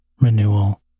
renewal